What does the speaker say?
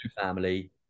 family